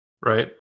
Right